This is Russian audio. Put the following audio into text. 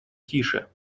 тише